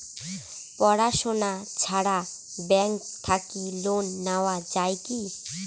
পড়াশুনা ছাড়া ব্যাংক থাকি লোন নেওয়া যায় কি?